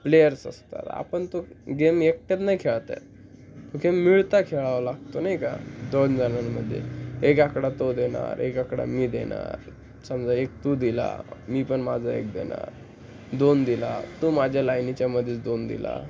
players असतात आपण तो गेम एकट्यात नाही खेळता येत तो गेम मिळता खेळावं लागतो नाही का दोन जणांमध्ये एक आकडा तो देणार एक आकडा मी देणार समजा एक तू दिला मी पण माझा एक देणार दोन दिला तू माझ्या लाईनीच्यामध्येच दोन दिला